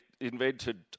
invented